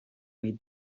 meet